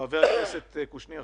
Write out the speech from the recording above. חבר הכנסת קושניר,